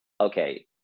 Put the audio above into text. okay